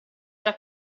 già